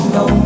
no